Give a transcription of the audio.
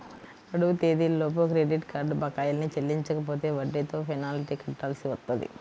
గడువు తేదీలలోపు credit card బకాయిల్ని చెల్లించకపోతే వడ్డీతో పెనాల్టీ కట్టాల్సి వత్తది